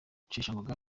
rusheshangoga